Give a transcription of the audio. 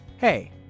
Hey